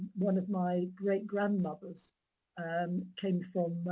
one of my great grandmothers um came from